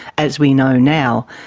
as we know now,